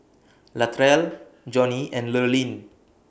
Latrell Johny and Lurline